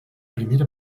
primera